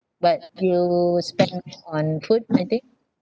but you spend on food I think